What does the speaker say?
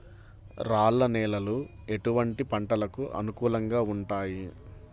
రాళ్ల నేలలు ఎటువంటి పంటలకు అనుకూలంగా ఉంటాయి?